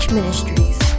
Ministries